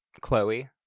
Chloe